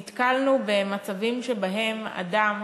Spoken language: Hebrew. נתקלנו במצבים שבהם אדם